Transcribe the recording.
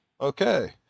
Okay